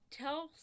tell